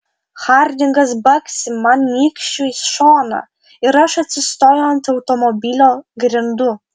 hardingas baksi man nykščiu į šoną ir aš atsistoju ant automobilio grindų